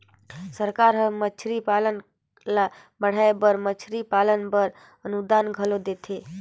सरकार हर मछरी पालन ल बढ़ाए बर मछरी पालन बर अनुदान घलो देथे